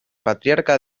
patriarca